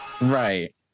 Right